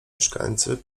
mieszkańcy